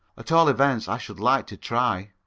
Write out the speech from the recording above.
at all events, i should like to try.